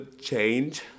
change